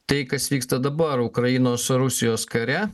tai kas vyksta dabar ukrainos rusijos kare